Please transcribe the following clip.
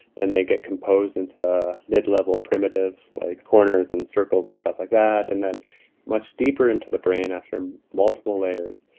then they get composed into mid-level primitives like corners and circles and stuff like that. and then much deeper into the brain after multiple layers,